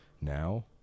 now